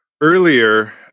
earlier